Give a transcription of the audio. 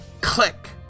Click